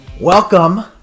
Welcome